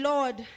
Lord